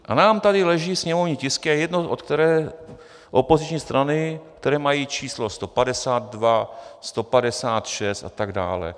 A nám tady leží sněmovní tisky a je jedno, od které opoziční strany, které mají číslo 152, 156 a tak dále.